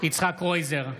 יצחק קרויזר,